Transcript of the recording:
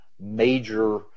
major